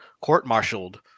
court-martialed